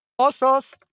Osos